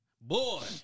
Boy